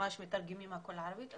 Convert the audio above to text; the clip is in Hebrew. שממש מתרגמים הכול לערבית,